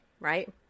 Right